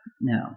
No